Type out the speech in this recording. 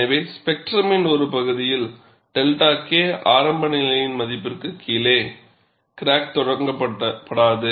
எனவே ஸ்பெக்ட்ரமின் ஒரு பகுதியில் 𝛅 K ஆரம்பநிலை மதிப்பிற்குக் கீழே கிராக் தொடங்கப்படாது